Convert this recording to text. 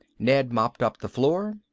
ned mopped up the floor.